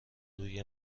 روی